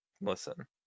listen